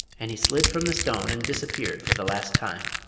and he slid from the stone and disappeared for the last time.